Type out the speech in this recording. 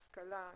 השכלה,